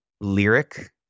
lyric